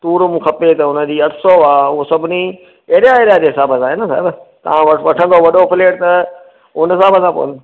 two room खपे त हुनजी अठ सौ आहे हू सभिनी एरिया एरिया जे हिसाब सां आहे न दादा तव्हां वठ वठंदुव वॾो फ्लैट त हुन हिसाब सां पोइ